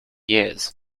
years